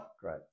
Great